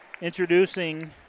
introducing